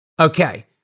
Okay